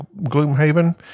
Gloomhaven